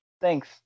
Thanks